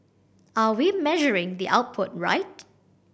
are we measuring the output right